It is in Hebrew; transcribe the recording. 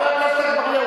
חבר הכנסת אגבאריה,